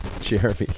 Jeremy